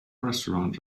restaurant